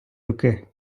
руки